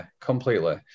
completely